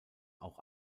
auch